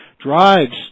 drives